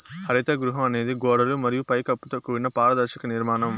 హరిత గృహం అనేది గోడలు మరియు పై కప్పుతో కూడిన పారదర్శక నిర్మాణం